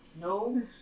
no